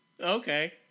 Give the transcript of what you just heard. Okay